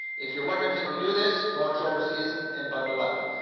if you're wondering, can we do this, go on shoulder season and bundle up.